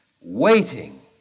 waiting